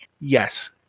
Yes